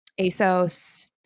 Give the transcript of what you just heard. ASOS